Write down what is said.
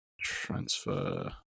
Transfer